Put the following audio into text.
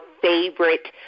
favorite